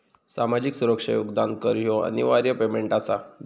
सामाजिक सुरक्षा योगदान कर ह्यो अनिवार्य पेमेंट आसा